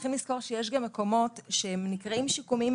צריכים לזכור שיש גם מקומות שנקראים שיקומיים,